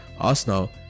arsenal